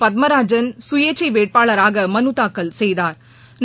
பத்மராஜன் சுயேட்சை வேட்பாளராக மனுத்தாக்கல் செய்தாா்